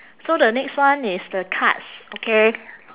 so the next one is the cards okay